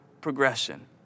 progression